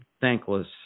thankless